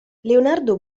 leonardo